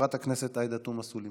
חברת הכנסת עאידה תומא סלימאן,